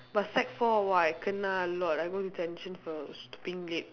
but sec four !wah! I kena a lot I go detention for stepping late